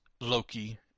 Loki